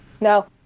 No